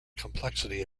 complexity